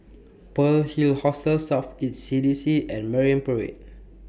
Pearl's Hill Hostel South East C D C and Marine Parade